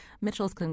Mitchell's